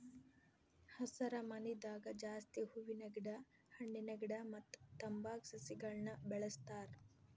ಹಸರಮನಿದಾಗ ಜಾಸ್ತಿ ಹೂವಿನ ಗಿಡ ಹಣ್ಣಿನ ಗಿಡ ಮತ್ತ್ ತಂಬಾಕ್ ಸಸಿಗಳನ್ನ್ ಬೆಳಸ್ತಾರ್